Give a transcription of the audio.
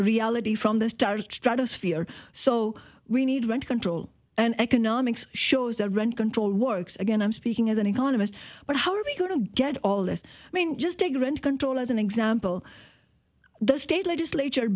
reality from the star stratosphere so we need rent control and economics shows that rent control works again i'm speaking as an economist but how are we going to get all this i mean just take rent control as an example the state legislature